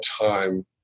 time